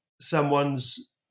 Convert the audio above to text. someone's